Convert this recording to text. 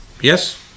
yes